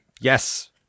Yes